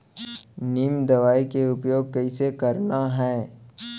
नीम दवई के उपयोग कइसे करना है?